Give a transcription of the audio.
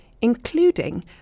including